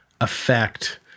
affect –